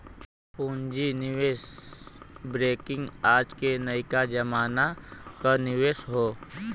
पूँजी निवेश बैंकिंग आज के नयका जमाना क निवेश हौ